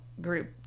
group